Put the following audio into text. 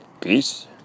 Peace